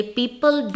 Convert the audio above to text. people